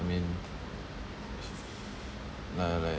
I mean li~ like